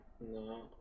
No